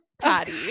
Patty